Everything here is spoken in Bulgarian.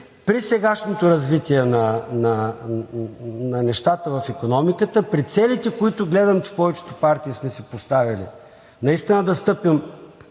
при сегашното развитие на нещата в икономиката и при целите, които гледам, че повечето партии сме си поставили, наистина да стъпим